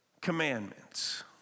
commandments